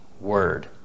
Word